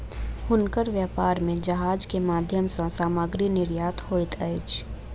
हुनकर व्यापार में जहाज के माध्यम सॅ सामग्री निर्यात होइत अछि